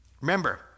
Remember